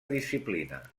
disciplina